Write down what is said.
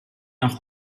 nach